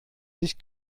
dich